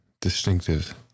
distinctive